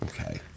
Okay